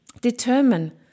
determine